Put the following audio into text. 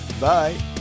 Bye